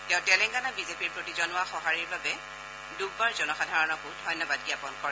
তেওঁ তেলেংগানা বিজেপিৰ প্ৰতি জনোৱা সহাৰিৰ বাবে ডুববাক জনসাধাৰণক ধন্যবাদ জ্ঞাপন কৰে